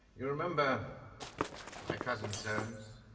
you remember my cousin soames